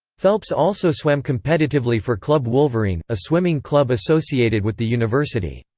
phelps also swam competitively for club wolverine, a swimming club associated with the university.